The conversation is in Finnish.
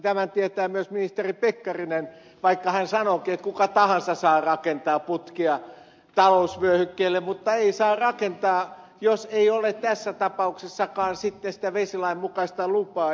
tämän tietää myös ministeri pekkarinen vaikka hän sanookin että kuka tahansa saa rakentaa putkia talousvyöhykkeelle mutta ei saa rakentaa kuten ei tässäkään tapauksessa jos ei ole sitten sitä vesilain mukaista lupaa